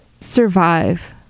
survive